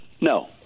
no